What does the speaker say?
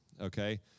okay